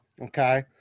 okay